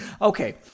Okay